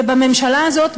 ובממשלה הזאת,